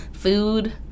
food